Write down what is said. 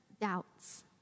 doubts